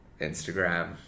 Instagram